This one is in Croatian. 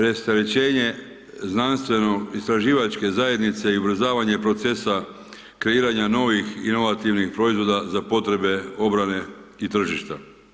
Rasterećenje znanstveno-istraživačke zajednice i ubrzavanja procesa, kreiranja novih inovativnih proizvoda za potrebe obrane i tržišta.